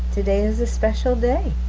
today is a special day.